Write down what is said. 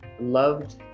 loved